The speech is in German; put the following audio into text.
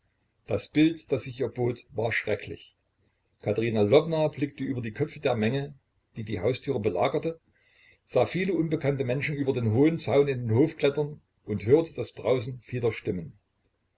das bild das sich ihr bot war schrecklich katerina lwowna blickte über die köpfe der menge die die haustüre belagerte sah viele unbekannte menschen über den hohen zaun in den hof klettern und hörte das brausen vieler stimmen